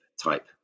type